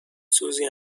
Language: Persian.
سوزی